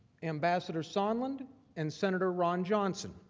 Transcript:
ambassador sondland and senator ron johnson,